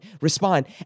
respond